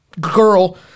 girl